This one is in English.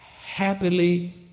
happily